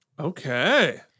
Okay